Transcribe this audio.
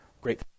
great